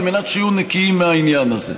כדי שיהיו נקיים מהעניין הזה.